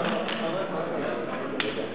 עוד מעט יתחילו הקללות והגידופים.